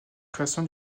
création